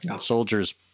Soldiers